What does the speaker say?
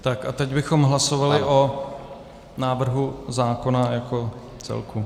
A teď bychom hlasovali o návrhu zákona jako celku.